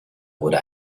wurde